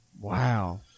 Wow